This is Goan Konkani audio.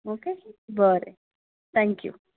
ओके बरें थँक्यू